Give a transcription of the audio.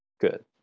good